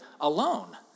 alone